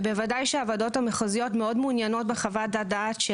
ובוודאי שהוועדות המחוזיות מאוד מעוניינות בחוות הדעת של